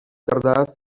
tardà